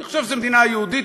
אני חושב שזו מדינה יהודית,